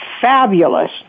fabulous